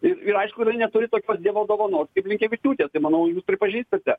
ir aišku jinai neturi tokios dievo dovanos kaip blinkevičiūtės tai manau jūs pripažįstate